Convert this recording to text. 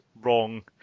wrong